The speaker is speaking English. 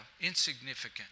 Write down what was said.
insignificant